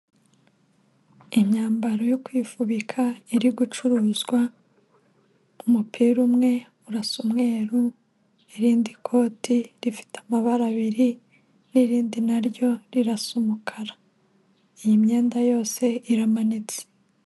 Imyambaro yo kwifubika iri gucuruzwa, umupira umwe urasa umweru, irindi koti rifite amabara abiri, n'irindi naryo rirasa umukara, iyi myenda yose iramanitse.